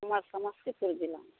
ओमहर समस्तीपुर जिलामे